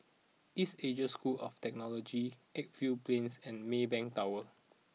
East Asia School of Technology Edgefield Plains and Maybank Tower